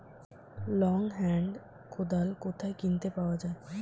Long hand কোদাল কোথায় কিনতে পাওয়া যায়?